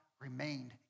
remained